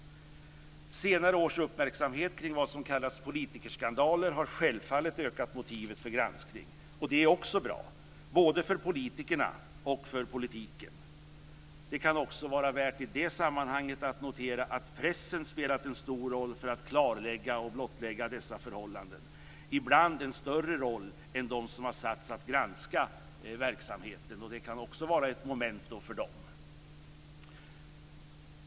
Senare års uppmärksamhet kring vad som kallats politikerskandaler har självfallet ökat motivet för granskning. Det är också bra, både för politikerna och för politiken. Det kan också vara värt att i det sammanhanget notera att pressen spelat en stor roll för att klarlägga och blottlägga dessa förhållanden, ibland en större roll än de som satts att granska verksamheten. Det kan också vara ett memento för dem.